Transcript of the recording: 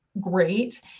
great